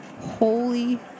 Holy